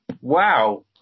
Wow